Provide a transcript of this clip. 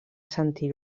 sentir